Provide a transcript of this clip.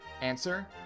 Answer